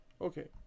Okay